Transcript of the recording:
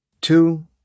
two